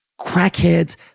crackheads